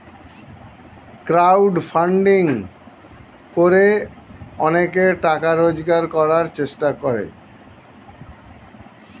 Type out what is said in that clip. crowd funding করে অনেকে টাকা রোজগার করার চেষ্টা করে